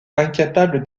incapable